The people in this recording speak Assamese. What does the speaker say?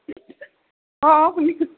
অ' অ' শুনিছোঁ